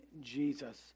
Jesus